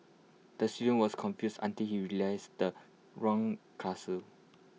the student was confused until he realised the wrong class